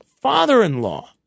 father-in-law